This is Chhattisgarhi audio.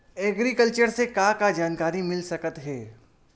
एग्रीकल्चर से का का जानकारी मिल सकत हे?